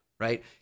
Right